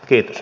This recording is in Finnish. kiitos